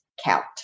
count